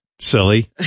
silly